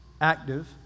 active